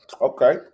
okay